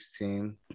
16